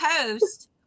post